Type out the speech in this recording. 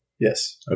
Yes